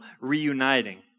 reuniting